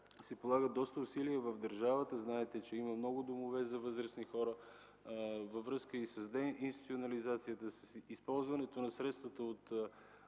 се полагат доста усилия в държавата. Знаете, че има много домове за възрастни хора. Усилията са във връзка с деинституционализацията, с използването на средствата от